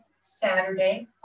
Saturday